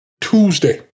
Tuesday